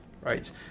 right